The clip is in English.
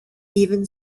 even